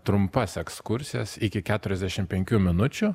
trumpas ekskursijas iki keturiasdešimt penkių minučių